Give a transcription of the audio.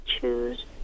choose